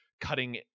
cutting